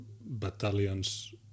battalions